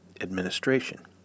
administration